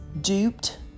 duped